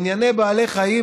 ענייני בעלי חיים,